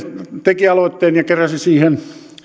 teki aloitteen ja keräsi siihen